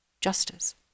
justice